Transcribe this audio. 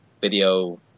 video